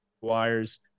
wires